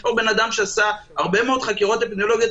או בן אדם שעשה הרבה מאוד חקירות אפידמיולוגיות,